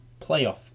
playoff